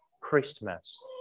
Christmas